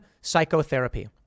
psychotherapy